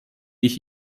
ich